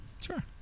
sure